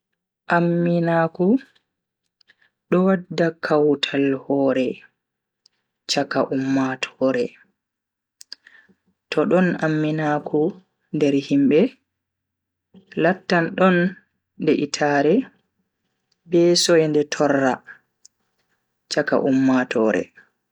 Amminaaku do wadda kautal hoore chaka ummatoore. to don amminaaku nder himbe, lattan don de'itaare be soinde torra chaka ummatoore.